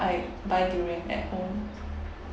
I buy durian back home